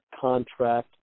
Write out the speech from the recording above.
contract